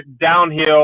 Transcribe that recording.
downhill